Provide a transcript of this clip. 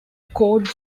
code